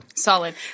Solid